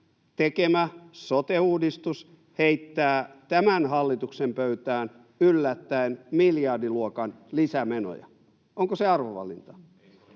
tekemänne sote-uudistus heittää tämän hallituksen pöytään yllättäen miljardiluokan lisämenoja? Onko se arvovalinta?